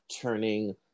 turning